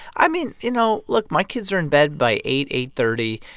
i mean, you know, look. my kids are in bed by eight, eight thirty.